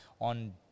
on